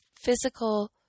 physical